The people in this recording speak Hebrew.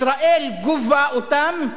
ישראל גובה אותם,